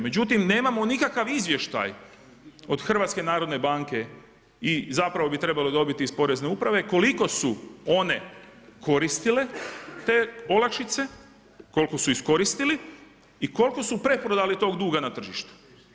Međutim, nemamo nikakav izvještaj od HNB-a i zapravo bi trebalo dobiti iz Porezne uprave koliko su one koristile te olakšice, koliko su iskoristili i koliko su preprodali tog duga na tržištu.